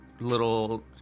little